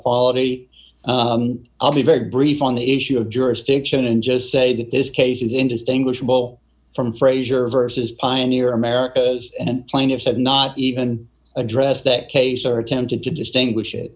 quality i'll be very brief on the issue of jurisdiction and just say that this case is indistinguishable from frazier vs pioneer americas and plaintiffs have not even addressed that case or attempted to distinguish it